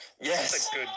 Yes